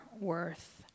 worth